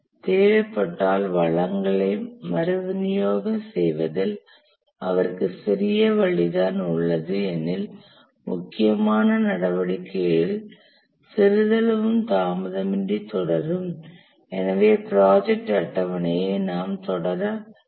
தேவைப்பட்டால் வளங்களை மறுவிநியோகம் செய்வதில் அவருக்கு சிறிய வழி தான் உள்ளது எனில் முக்கியமான நடவடிக்கைகள் சிறிதளவும் தாமதமின்றி தொடரும் எனவே ப்ராஜெக்ட் அட்டவணையை நாம் தொடர முடியும்